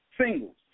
singles